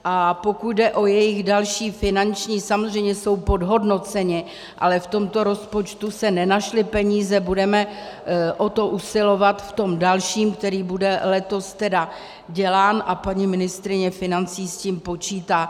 A pokud jde o jejich další, finanční, samozřejmě jsou podhodnoceni, ale v tomto rozpočtu se nenašly peníze, budeme o to usilovat v tom dalším, který bude letos dělán, a paní ministryně financí s tím počítá.